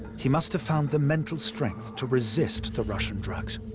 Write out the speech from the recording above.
he must have found the mental strength to resist the russian drugs.